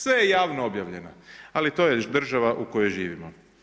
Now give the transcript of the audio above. Sve je javno objavljeno, ali to je država u kojoj živimo.